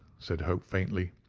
said hope faintly.